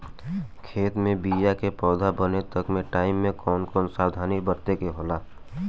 खेत मे बीया से पौधा बने तक के टाइम मे कौन कौन सावधानी बरते के होला?